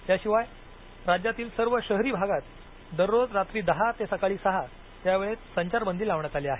याशिवाय राज्यातील सर्व शहरी भागात दररोज रात्री दहा ते सकाळी सहा या वेळेत संचारबंदी लावण्यात आली आहे